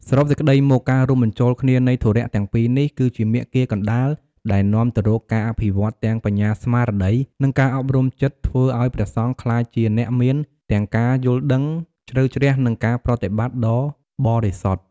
សរុបសេចក្ដីមក ការរួមបញ្ចូលគ្នានៃធុរៈទាំងពីរនេះ គឺជាមាគ៌ាកណ្តាលដែលនាំទៅរកការអភិវឌ្ឍទាំង បញ្ញាស្មារតី និងការអប់រំចិត្តធ្វើឱ្យព្រះសង្ឃក្លាយជាអ្នកមានទាំងការយល់ដឹងជ្រៅជ្រះ និងការប្រតិបត្តិដ៏បរិសុទ្ធ។